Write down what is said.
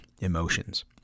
emotions